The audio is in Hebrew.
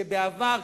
בעבר,